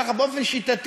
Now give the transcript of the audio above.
ככה, באופן שיטתי.